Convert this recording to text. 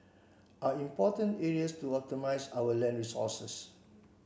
are important areas to optimise our land resources